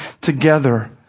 together